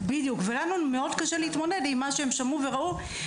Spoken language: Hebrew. והיה לנו קשה מאוד להתמודד עם מה שהם שמעו שם.